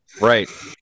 Right